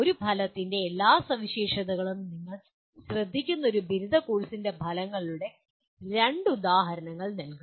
ഒരു ഫലത്തിൻ്റെ എല്ലാ സവിശേഷതകളും നിങ്ങൾ ശ്രദ്ധിക്കുന്ന ഒരു ബിരുദ കോഴ്സിൻ്റെ ഫലങ്ങളുടെ രണ്ട് ഉദാഹരണങ്ങൾ നൽകുക